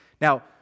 Now